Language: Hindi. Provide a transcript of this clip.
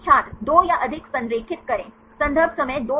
छात्र दो या अधिक संरेखित करें संदर्भ समय 0206